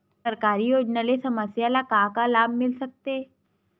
सरकारी योजना ले समस्या ल का का लाभ मिल सकते?